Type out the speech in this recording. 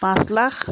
পাঁচ লাখ